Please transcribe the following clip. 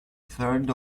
third